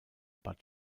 bad